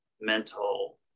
mental